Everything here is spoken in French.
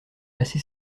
assez